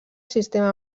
sistema